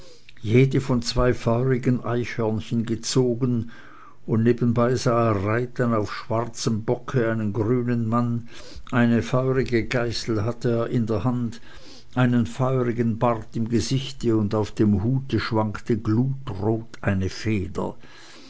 jede von zwei feurigen eichhörnchen gezogen und nebenbei sah er reiten auf schwarzem bocke einen grünen mann eine feurige geißel hatte er in der hand einen feurigen bart im gesichte und auf dem hute schwankte glutrot eine feder